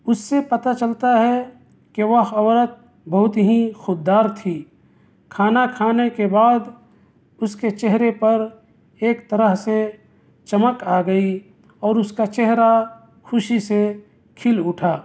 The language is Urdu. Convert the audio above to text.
اس سے پتہ چلتا ہے کہ وہ عورت بہت ہی خوددار تھی کھانا کھانے کے بعد اس کے چہرے پر ایک طرح سے چمک آ گئی اور اس کا چہرہ خوشی سے کھل اٹھا